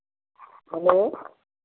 hello